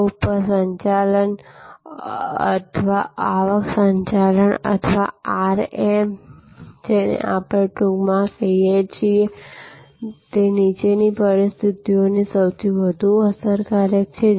આ ઉપજ સંચાલન અથવા આવક સંચાલન અથવા આરએમ જેને આપણે ટૂંકમાં કહીએ છીએ તે નીચેની પરિસ્થિતિઓમાં સૌથી વધુ અસરકારક છે